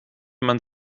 man